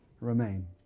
remain